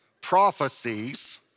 prophecies